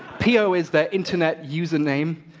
pio is their internet username.